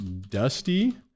Dusty